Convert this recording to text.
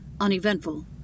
uneventful